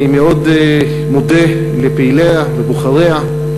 אני מאוד מודה לפעיליה, לבוחריה.